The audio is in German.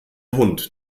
hund